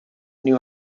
knew